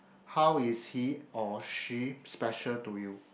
how is he or she special to you